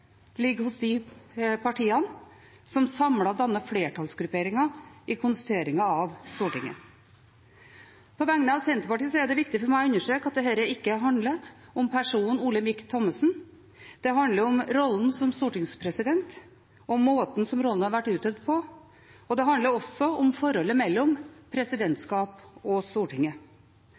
ligger hos de partiene som samlet danner flertallsgrupperingen i konstitueringen av Stortinget. På vegne av Senterpartiet er det viktig for meg å understreke at dette ikke handler om personen Olemic Thommessen. Det handler om rollen som stortingspresident og måten som rollen har vært utøvd på, og det handler også om forholdet mellom presidentskapet og Stortinget.